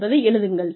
என்பதை எழுதுங்கள்